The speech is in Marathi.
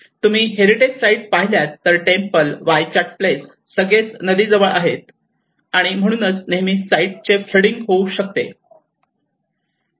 तुम्ही हेरिटेज साईट पाहिल्यात तर टेम्पल वाट चाय प्लेस सगळेच नदीजवळ आहेत आणि म्हणूनच नेहमी साईटचे फ्लडिंग होऊ शकते